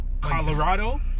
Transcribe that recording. Colorado